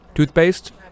Toothpaste